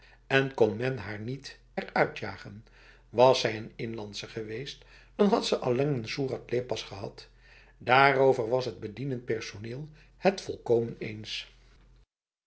en kon men haar niet eruit jagen was zij een inlandse geweest dan had ze allang een soerat lepas gehad daarover was het bedienend personeel het volkomen eens